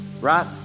right